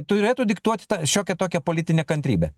turėtų diktuot tą šiokią tokią politinę kantrybę